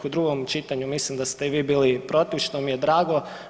U drugom čitanju mislim da ste i vi bili protiv, što mi je drago.